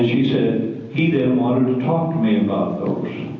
she said, he didn't want to talk to me about those.